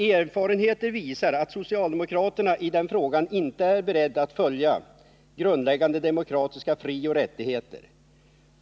Erfarenheter visar att socialdemokraterna i den frågan inte är beredda att följa grundläggande demokratiska frioch rättigheter.